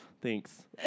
Thanks